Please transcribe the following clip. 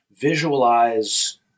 visualize